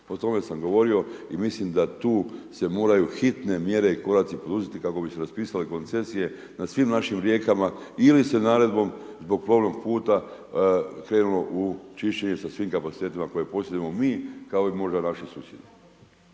O tome sam govorio i mislim da tu se moraju hitne mjere i koraci poduzeti, kako bi se raspisali koncesije, nad svim našim rijekama, ili se naredbom, zbog plovnog puta, krenulo u čišćenje sa svim kapacitetima, koje posjedujemo mi, kao i možda vaši susjedi.